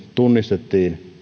tunnistettiin